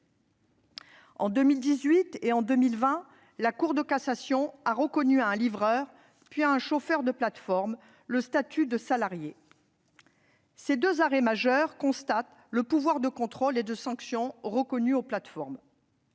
En 2018 et en 2020, la Cour de cassation a reconnu à un livreur, puis à un chauffeur de plateforme le statut de salarié. Ces deux arrêts majeurs constatent le pouvoir de contrôle et de sanction reconnu aux plateformes,